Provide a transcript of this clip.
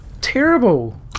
terrible